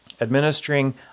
Administering